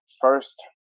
first